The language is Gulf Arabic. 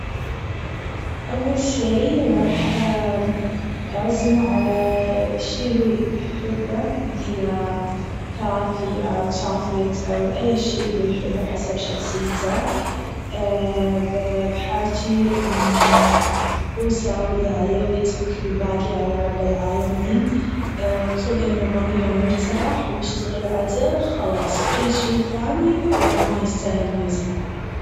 أول شيء راح أعزمه على شيء هو يحبه مثل cafe أو chocolate أو أي شيء هو يحبه حسب شخصيته، ب-بحاجيه إنه هو يساوي اللي عليه ويترك الباقي على رب العالمين طول إنه ضميره مرتاح ومشتغل عدل خلاص أي شيء ثاني ما يستاهل أنه يزعل.